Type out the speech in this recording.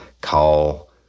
call